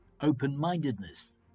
open-mindedness